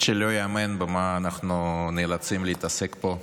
לא ייאמן במה אנחנו נאלצים להתעסק פה,